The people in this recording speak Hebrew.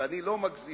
ואני לא מגזים.